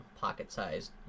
pocket-sized